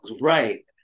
Right